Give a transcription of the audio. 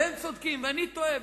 והם צודקים ואני טועה,